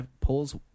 pulls